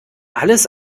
alles